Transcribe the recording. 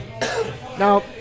Now